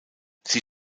sie